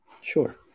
sure